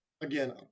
Again